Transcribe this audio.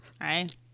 right